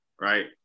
right